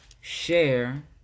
share